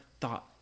thought